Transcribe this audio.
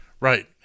Right